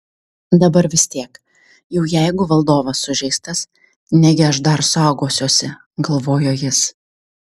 dabar vis tiek jau jeigu valdovas sužeistas negi aš dar saugosiuosi galvojo jis